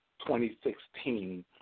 2016